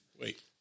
Wait